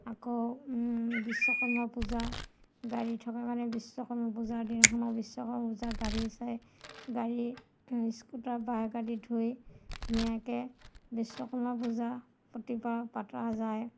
আকৌ বিশ্বকৰ্মা পূজা গাড়ী থকা কাৰণে বিশ্বকৰ্মা পূজাৰ দিনাখনো বিশ্বকৰ্মা পূজা গাড়ী চাই গাড়ী স্কুটাৰ বাইক আদি ধুই ধুনীয়াকৈ বিশ্বকৰ্মা পূজা প্ৰতিবাৰ পতা যায়